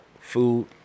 Food